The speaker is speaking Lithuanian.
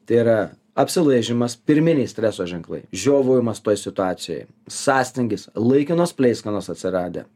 tai yra apsilaižymas pirminiai streso ženklai žiovavimas toj situacijoj sąstingis laikinos pleiskanos atsiradę